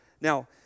Now